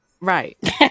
right